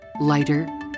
Lighter